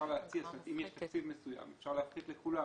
- אם יש תקציב מסוים אפשר להפחית לכולם